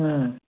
হুম